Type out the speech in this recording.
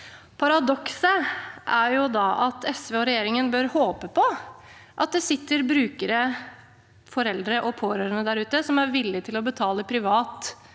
Paradokset er da at SV og regjeringen bør håpe på at det sitter brukere, foreldre og pårørende der ute som er villig til å betale privat